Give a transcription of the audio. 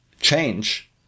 change